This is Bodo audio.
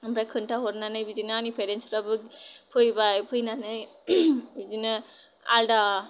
ओमफ्राय खोन्था हरनानै बिदिनो आंनि पेरेन्टसनफ्राबो फैबाय फैनानै बिदिनो आलदा